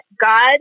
God